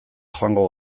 joango